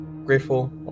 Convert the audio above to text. Grateful